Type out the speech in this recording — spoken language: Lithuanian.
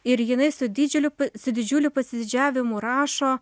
ir jinai su didžiuliu su didžiuliu pasididžiavimu rašo